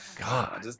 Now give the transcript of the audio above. God